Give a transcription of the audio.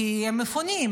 כי הם מפונים,